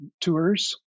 tours